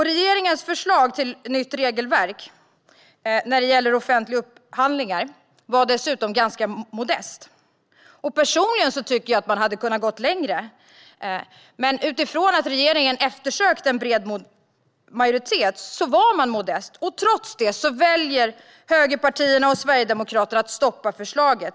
Regeringens förslag till nytt regelverk när det gäller offentliga upphandlingar var dessutom ganska modest. Personligen tycker jag att man hade kunnat gå längre. Men utifrån att regeringen eftersökte en bred majoritet var man modest. Trots detta väljer högerpartierna och Sverigedemokraterna att stoppa förslaget.